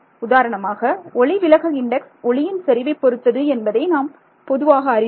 உதாரணமாக ஒளிவிலகல் இன்டெக்ஸ் ஒளியின் செறிவை பொருத்தது என்பதை நாம் பொதுவாக அறிவோம்